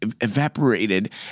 evaporated